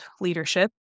leadership